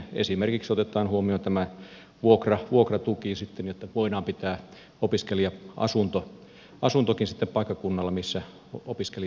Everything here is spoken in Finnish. esimerkiksi otetaan huomioon vuokratuki sitten että voidaan pitää opiskelija asunto paikkakunnalla missä opiskelija on kirjoilla